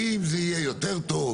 האם זה יהיה יותר טוב,